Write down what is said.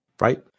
Right